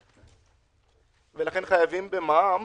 ולכן חייבים במע"מ,